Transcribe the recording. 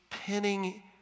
Pinning